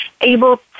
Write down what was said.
able